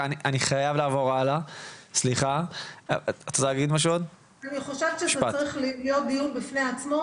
אני חושבת שזה צריך להיות דיון בפני עצמו,